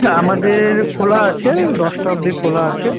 আমাদের খোলা আছে দশটা অব্দি খোলা আছে